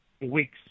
weeks